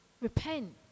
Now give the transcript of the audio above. repent